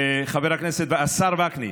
השר וקנין.